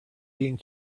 being